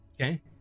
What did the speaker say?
Okay